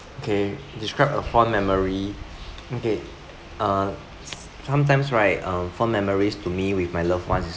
okay describe a fond memory okay uh sometimes right um fond memories to me with my loved ones is